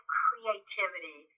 creativity